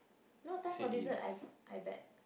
no time for dessert I I bet